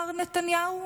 מר נתניהו,